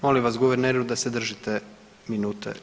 Molim vas guverneru da se držite minute.